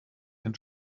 den